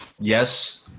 Yes